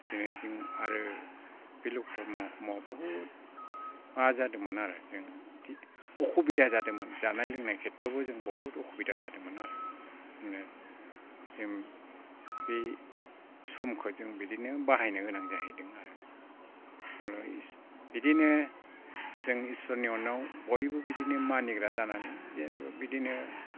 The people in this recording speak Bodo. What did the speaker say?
जोङो जिं आरो बे ल'कडाउनाव हमयाव बहुद मा जादोंमोन आरो जों अखुबिदा जादोंमोन जानाय लोंनाय खेथ्र'आवबो जों बहुद अखुबिदा जादोंमोन आरो बिदिनो जों बै समखौ जों बिदिनो बाहायनो गोनां जाहैदों आरो बिदिनो जों इसोरनि अननायाव बयबो बिदिनो मानिग्रा जानानै जेनोबा बिदिनो